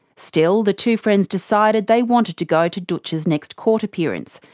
still, the two friends decided they wanted to go to dootch's next court appearance,